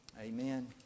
Amen